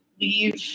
leave